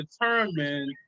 determine